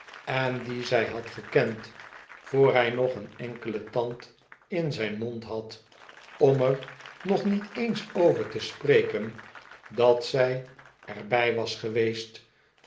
en dien zij had gekend voor hij nog een enkelen tand in zijn mond had om er nog niet eens over te spreken dat zij er bij was geweest